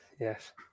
Yes